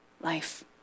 life